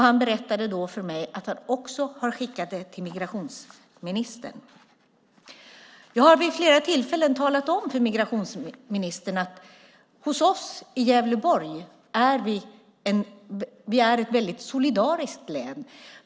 Han berättade då för mig att han också har skickat det till migrationsministern. Jag har vid flera tillfällen talat om för migrationsministern att Gävleborg är ett väldigt solidariskt län.